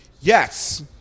Yes